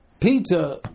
Peter